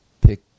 pick